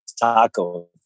taco